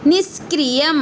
निष्क्रियम्